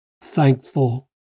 thankful